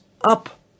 up